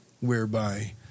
whereby